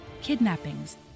kidnappings